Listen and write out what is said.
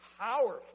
powerful